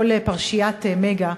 כל פרשיית "מגה",